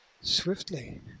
swiftly